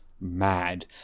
mad